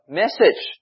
message